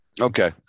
Okay